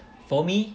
for me